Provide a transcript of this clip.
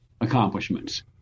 accomplishments